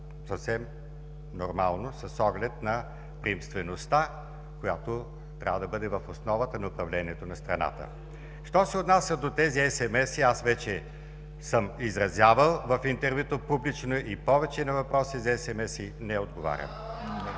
съвсем нормално с оглед приемствеността, която трябва да бъде в основата в управлението на страната. Що се отнася до тези SMS-и аз вече съм изразявал в интервюта публично и повече на въпроси за SMS-и не отговарям.